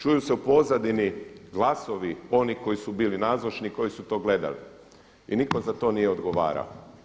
Čuju se u pozadini glasovi oni koji su bili nazočni koji su to gledali i nitko za to nije odgovarao.